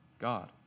God